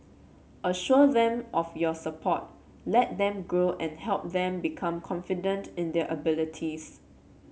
assure them of your support let them grow and help them become confident and their abilities